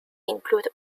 include